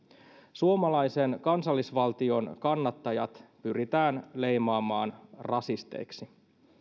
suomalaisen kansallisvaltion kannattajat pyritään leimaamaan rasisteiksi